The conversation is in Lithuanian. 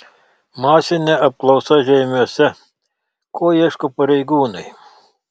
masinė apklausa žeimiuose ko ieško pareigūnai